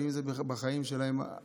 ואם זה בחיים שלהם,